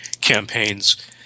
campaigns